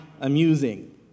amusing